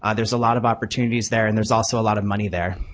ah there's a lot of opportunities there and there's also a lot of money there.